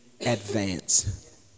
advance